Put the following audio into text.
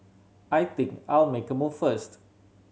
I think I'll make a move first